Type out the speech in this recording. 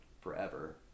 forever